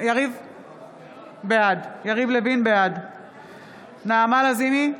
בעד נעמה לזימי,